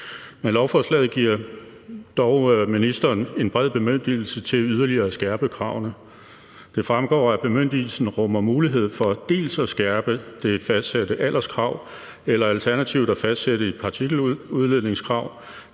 Men lovforslaget giver dog ministeren en bred bemyndigelse til yderligere at skærpe kravene. Det fremgår, at bemyndigelsen rummer mulighed for dels at skærpe det fastsatte alderskrav eller alternativt at fastsætte et partikeludledningskrav,